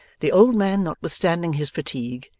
the old man, notwithstanding his fatigue,